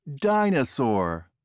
Dinosaur